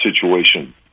situation